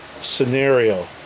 scenario